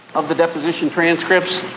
of the deposition transcripts.